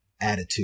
attitude